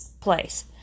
place